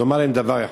לומר להם דבר אחד: